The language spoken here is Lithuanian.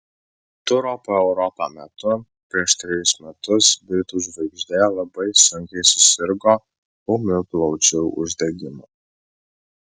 turo po europą metu prieš trejus metus britų žvaigždė labai sunkiai susirgo ūmiu plaučių uždegimu